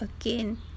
again